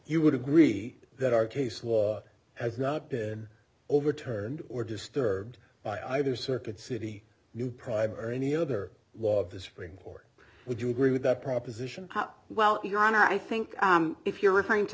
you would agree that our case law has not been overturned or disturbed by either circuit city you pride or any other law of the supreme court would you agree with that proposition well your honor i think if you're referring to